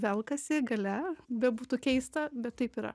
velkasi gale bebūtų keista bet taip yra